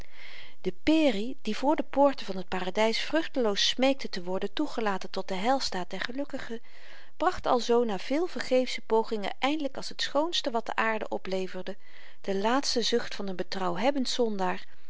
de peri die voor de poorten van t paradys vruchteloos smeekte te worden toegelaten tot den heilstaat der gelukzaligen bracht alzoo na veel vergeefsche pogingen eindlyk als t schoonste wat de aarde opleverde den laatsten zucht van n berouwhebbend